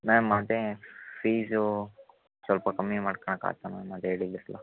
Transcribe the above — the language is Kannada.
ಮ್ಯಾಮ್ ಅದೇ ಫೀಝೂ ಸ್ವಲ್ಪ ಕಮ್ಮಿ ಮಾಡ್ಕೊಳಕ್ ಆಗ್ತಾ ಮ್ಯಾಮ್ ಅದು ಹೇಳಿದ್ನಲ್ಲ